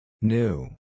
New